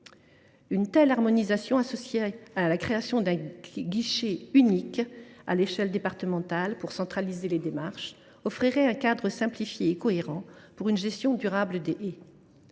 Une telle harmonisation, associée à la création d’un guichet unique à l’échelle départementale permettant de centraliser les démarches, offrirait un cadre simplifié et cohérent, propice à une gestion durable des haies.